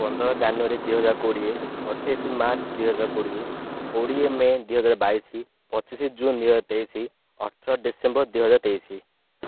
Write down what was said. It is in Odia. ପନ୍ଦର ଜାନୁଆରୀ ଦୁଇ ହଜାର କୋଡ଼ିଏ ଅଠେଇଶି ମାର୍ଚ୍ଚ ଦିହଜାର କୋଡ଼ିଏ କୋଡ଼ିଏ ମେ ଦୁଇ ହଜାର ବାଇଶି ପଚିଶି ଜୁନ୍ ଦୁଇ ହଜାର ତେଇଶି ଅଠର ଡ଼ିସେମ୍ବର ଦୁଇ ହଜାର ତେଇଶି